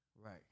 Right